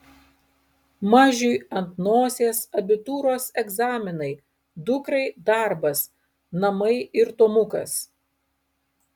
mažiui ant nosies abitūros egzaminai dukrai darbas namai ir tomukas